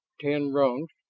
ten rungs,